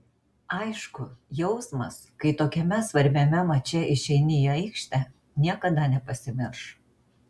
aišku jausmas kai tokiame svarbiame mače išeini į aikštę niekada nepasimirš